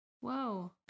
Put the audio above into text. Whoa